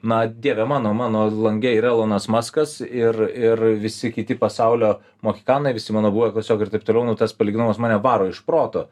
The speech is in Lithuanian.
na dieve mano mano lange ir elonas maskas ir ir visi kiti pasaulio mohikanai visi mano buvę klasiokai ir taip toliau nu tas palyginimas mane varo iš proto